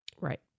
Right